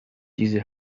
diese